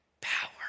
power